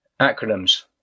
Acronyms